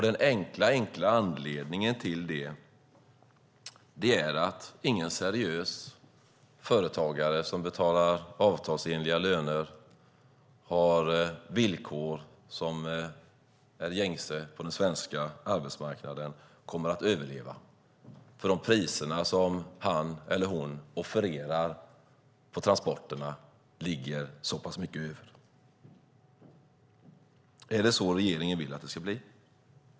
Den enkla anledningen till det är att ingen seriös företagare som betalar avtalsenliga löner som är gängse på den svenska arbetsmarknaden kommer att överleva. De priser som han eller hon offererar för transporterna ligger så mycket högre. Är det så regeringen vill att det ska blir?